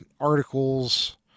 articles